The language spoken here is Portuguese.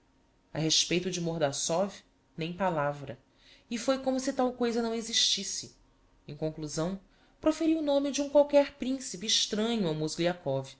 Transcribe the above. a respeito de mordassov nem palavra e foi como se tal coisa não existisse em conclusão proferiu o nome de um qualquer principe estranho ao